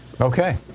okay